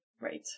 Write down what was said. Right